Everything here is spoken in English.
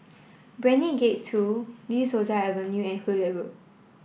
Brani Gate two De Souza Avenue and Hullet Road